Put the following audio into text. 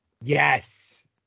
Yes